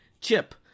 Chip